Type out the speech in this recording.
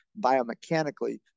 biomechanically